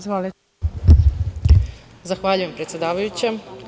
Zahvaljujem, predsedavajuća.